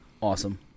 Awesome